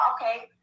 Okay